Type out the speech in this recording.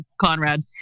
Conrad